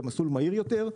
במסלול מהיר יותר,